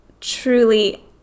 truly